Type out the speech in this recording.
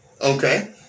Okay